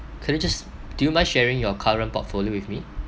can you just do you mind sharing your current portfolio with me